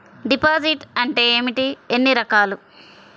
Deposit అంటే ఏమిటీ ఎన్ని రకాలు?